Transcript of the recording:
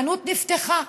חנות נפתחה,